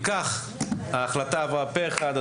אם כך ההחלטה עברה פה אחד.